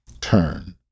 turn